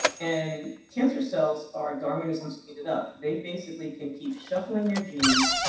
and cancer cells are darwinism speeded up. they basically can keep shuffling their genes,